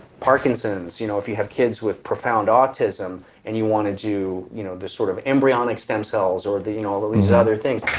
parkinson's, you know if you have kids with profound autism and you want to do you know this sort of embryonic stem cells or and all these other things,